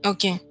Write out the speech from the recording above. Okay